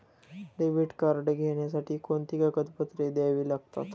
Debit card घेण्यासाठी कोणती कागदपत्रे द्यावी लागतात?